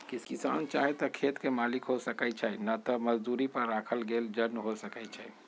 किसान चाहे त खेत के मालिक हो सकै छइ न त मजदुरी पर राखल गेल जन हो सकै छइ